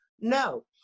No